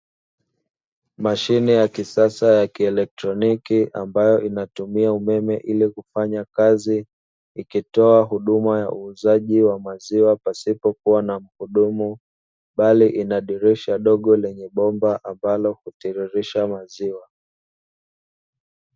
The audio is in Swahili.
Mashine ya kisasa ya kieletroniki ambayo inatumia umeme ili kufanya kazi, ikitoa huduma ya uuzaji wa maziwa pasipokuwa na muhudumu, bali lna dirisha dogo lenye bomba ambalo hutiririsha maziwa.